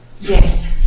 Yes